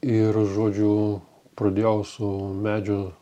ir žodžiu pradėjau su medžių